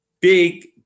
big